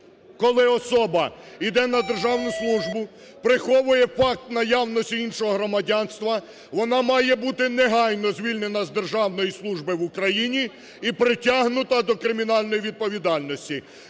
коли особа йде на державну службу, приховує фант наявності іншого громадянства, вона має бути негайно звільнена з державної служби в Україні і притягнута до кримінальної відповідальності.